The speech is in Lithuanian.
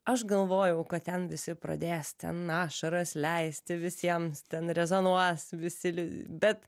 aš galvojau kad ten visi pradės ten ašaras leisti visiems ten rezonuos visi bet